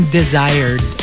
desired